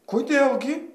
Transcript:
kodėl gi